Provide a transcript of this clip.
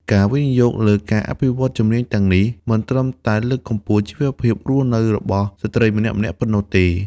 ការវិនិយោគលើការអភិវឌ្ឍជំនាញទាំងនេះ មិនត្រឹមតែលើកកម្ពស់ជីវភាពរស់នៅរបស់ស្ត្រីម្នាក់ៗប៉ុណ្ណោះទេ។